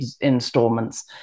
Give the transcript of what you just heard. installments